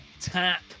TAP